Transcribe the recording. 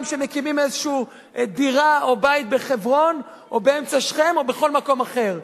שמקימים איזו דירה או בית בחברון או באמצע שכם או בכל מקום אחר.